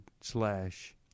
slash